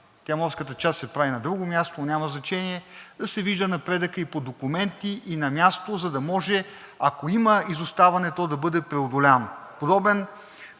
тя морската се прави на друго място, но няма значение – да се вижда напредъкът и по документи, и на място, за да може, ако има изоставане, то да бъде преодоляно. Подобен